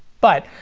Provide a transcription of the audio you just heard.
but,